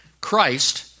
Christ